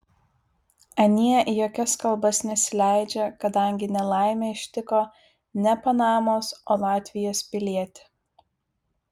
anie į jokias kalbas nesileidžia kadangi nelaimė ištiko ne panamos o latvijos pilietį